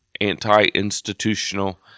anti-institutional